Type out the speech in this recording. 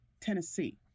Tennessee